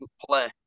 play